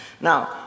Now